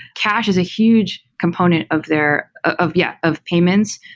cash is a huge component of their of yeah, of payments.